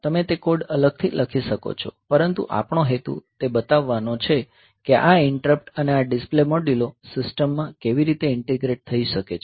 તમે તે કોડ અલગથી લખી શકો છો પરંતુ આપણો હેતુ એ બતાવવાનો છે કે આ ઈંટરપ્ટ અને આ ડિસ્પ્લે મોડ્યુલો સિસ્ટમમાં કેવી રીતે ઇન્ટીગ્રેટ થઈ શકે છે